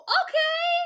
okay